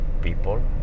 people